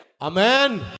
Amen